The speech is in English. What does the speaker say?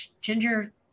ginger